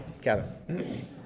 Kevin